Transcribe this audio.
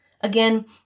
again